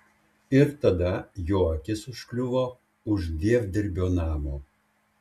ir tada jo akis užkliuvo už dievdirbio namo